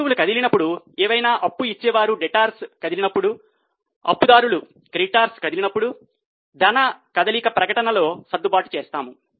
వస్తువులు కదిలినప్పుడు ఏవైనా అప్పు ఇచ్చేవారు లో సర్దుబాట్లు చేస్తాము